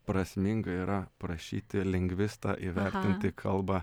prasminga yra prašyti lingvistą įvertinti kalbą